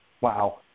Wow